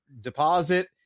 deposit